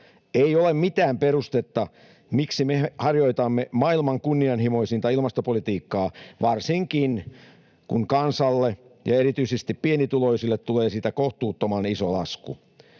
Ei ole mitään perustetta, miksi me harjoitamme maailman kunnianhimoisinta ilmastopolitiikkaa, varsinkaan kun kansalle ja erityisesti pienituloisille tulee siitä kohtuuttoman iso lasku.